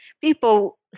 people